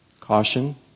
caution